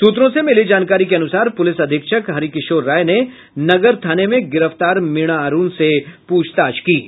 सूत्रों से मिली जानकारी के अनुसार पुलिस अधीक्षक हरिकिशोर राय ने नगर थाने में गिरफ्तार मीणा अरूण से पूछताछ की है